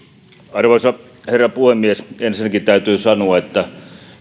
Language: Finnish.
arvoisa herra puhemies ensinnäkin täytyy sanoa että